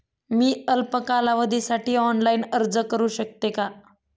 मी अल्प कालावधीसाठी ऑनलाइन अर्ज करू शकते का?